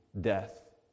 death